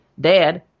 dad